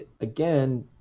again